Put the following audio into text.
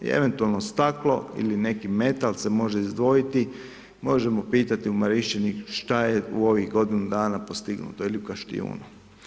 I eventualno staklo ili neki metal se može izdvojiti, možemo pitati u Marišćini šta je u ovih godinu dana postignuto ili u Kaštijunu.